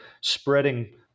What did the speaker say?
spreading